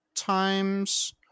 Times